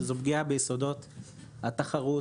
שזו פגיעה ביסודות התחרות.